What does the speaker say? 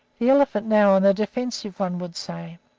the elephant now on the defensive, one would say,